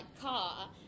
car